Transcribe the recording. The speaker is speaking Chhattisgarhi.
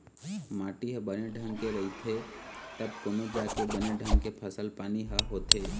माटी ह बने ढंग के रहिथे तब कोनो जाके बने ढंग के फसल पानी ह होथे